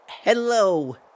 Hello